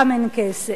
גם אין כסף.